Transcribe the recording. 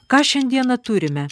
ką šiandieną turime